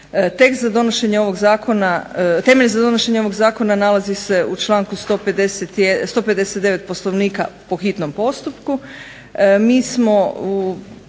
Temelj za donošenje ovog zakona nalazi se u članku 159. Poslovnika po hitnom postupku.